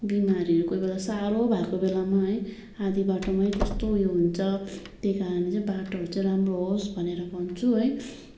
बिमारीहरू कोहीबेला साह्रो भएको बेलामा है आधा बाटोमै कस्तो उयो हुन्छ त्यही कारणले बाटोहरू चाहिँ राम्रो होस् भनेर भन्छु है